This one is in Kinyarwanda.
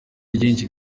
ryinshi